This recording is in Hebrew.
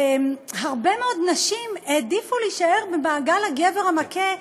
והרבה מאוד נשים העדיפו להישאר במעגל הגבר המכה,